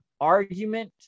Argument